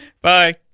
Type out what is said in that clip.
bye